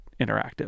interactive